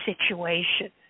situation